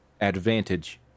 Advantage